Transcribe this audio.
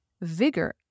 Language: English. vigor